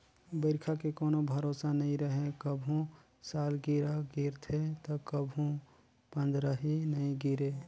बइरखा के कोनो भरोसा नइ रहें, कभू सालगिरह गिरथे त कभू पंदरही नइ गिरे